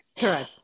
Correct